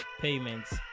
payments